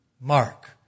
Mark